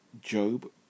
Job